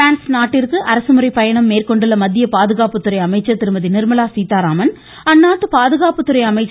France நாட்டிற்கு அரசுமுறைப்பயணம் மேற்கொண்டுள்ள மத்திய பாதுகாப்பு துறை அமைச்சர் திருமதி நிர்மலா சீதாராமன் அந்நாட்டு பாதுகாப்புத்துறை அமைச்சர்